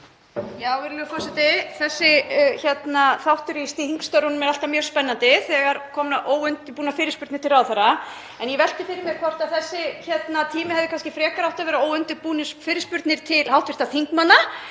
forseti. Þessi þáttur í þingstörfunum er alltaf mjög spennandi þegar koma óundirbúnar fyrirspurnir til ráðherra. En ég velti fyrir mér hvort þessi tími hefði kannski frekar átt að vera óundirbúnar fyrirspurnir til hv. þingmanna